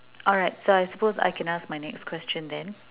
alright so of course I can ask my next question then